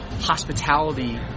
hospitality